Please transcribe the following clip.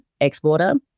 exporter